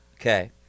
Okay